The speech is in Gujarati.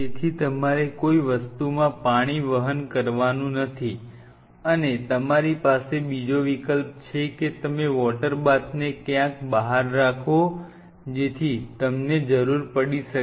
તેથી તમે કોઈ વસ્તુમાં પાણી વહન કરવાનું નથી અને તમારી પાસે બીજો વિકલ્પ છે કે તમે વોટરબાથને ક્યાંક બહાર રાખો જેથી તમને જરૂર પડી શકે